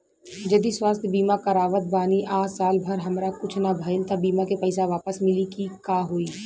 जदि स्वास्थ्य बीमा करावत बानी आ साल भर हमरा कुछ ना भइल त बीमा के पईसा वापस मिली की का होई?